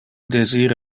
desira